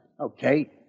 Okay